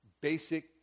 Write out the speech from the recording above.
basic